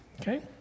Okay